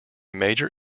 major